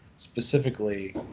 Specifically